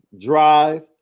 drive